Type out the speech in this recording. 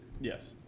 Yes